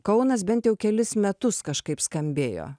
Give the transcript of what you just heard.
kaunas bent jau kelis metus kažkaip skambėjo